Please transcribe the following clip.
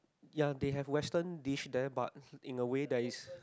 ya they have western dish there but in the way there is